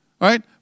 right